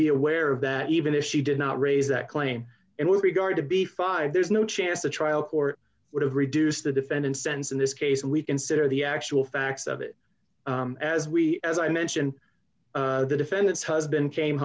be aware of that even if she did not raise that claim and with regard to be five there's no chance the trial court would have reduced the defendant sense in this case we consider the actual facts of it as we as i mentioned the defendant's husband came